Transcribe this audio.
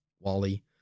Wally